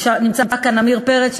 נמצא כאן עמיר פרץ,